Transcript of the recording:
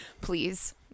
Please